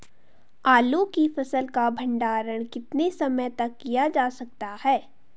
आलू की फसल का भंडारण कितने समय तक किया जा सकता है?